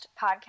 podcast